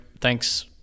Thanks